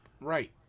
Right